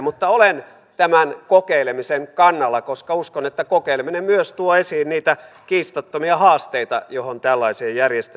mutta olen tämän kokeilemisen kannalta koska uskon että kokeileminen myös tuo esiin niitä kiistattomia haasteita joita tällaiseen järjestelmään liittyisi